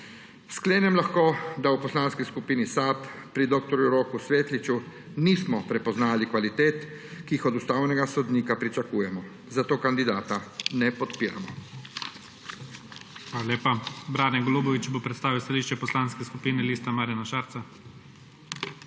Sklenem lahko, da v Poslanski skupini SAB pri dr. Roku Svetliču nismo prepoznali kvalitet, ki jih od ustavnega sodnika pričakujemo, zato kandidata ne podpiramo.